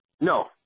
No